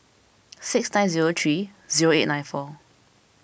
six nine zero three zero eight nine four